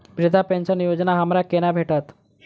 वृद्धा पेंशन योजना हमरा केना भेटत?